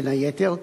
בין היתר,